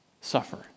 suffer